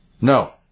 No